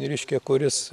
reiškia kuris